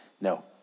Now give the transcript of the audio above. No